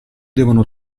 devono